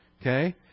Okay